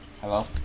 Hello